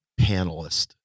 panelist